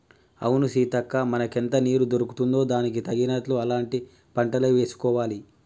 అవును సీతక్క మనకెంత నీరు దొరుకుతుందో దానికి తగినట్లు అలాంటి పంటలే వేసుకోవాలి